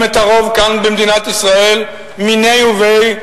את הרוב כאן במדינת ישראל מיניה וביה,